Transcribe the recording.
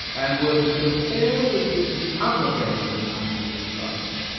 and were to compare with this the other days and nights of his life,